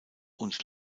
und